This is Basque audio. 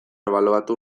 ebaluatu